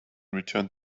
returned